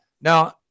Now